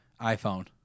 iPhone